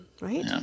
right